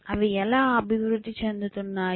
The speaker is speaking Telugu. అవి ఎలా అభివృద్ధి చెందుతున్నాయి